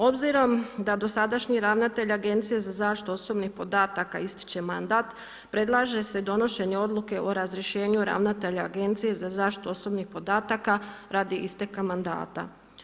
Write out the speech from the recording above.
Obzirom da dosadašnji ravnatelj Agencije za zaštitu osobnih podataka ističe mandat, predlaže se donošenje odluke o razrješenju ravnatelja Agencije za zaštitu osobnih podataka radi isteka mandata.